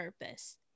purpose